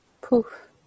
Poof